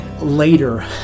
later